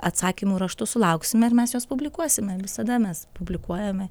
atsakymų raštu sulauksime ir mes juos publikuosime visada mes publikuojame